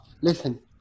listen